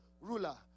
ruler